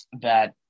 that-